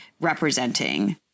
representing